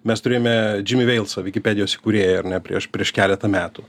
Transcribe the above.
mes turėjome džimi veislą vikipedijos įkūrėją ar ne prieš prieš keletą metų